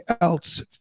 else